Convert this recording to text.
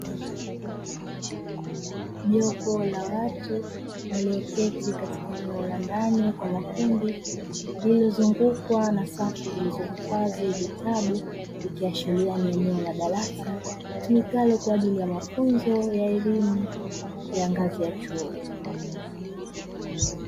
Jopo la watu, walioketi katika eneo la ndani kwa makundi, lililozungukwa na safu zilizohifadhi vitabu. Likiashiria ni eneo la darasa litumikalo kwa ajili ya mafunzo ya elimu ya ngazi ya chuo.